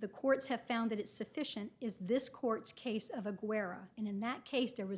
the courts have found it sufficient is this court's case of ago where a in that case there was